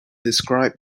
describe